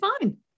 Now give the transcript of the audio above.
fine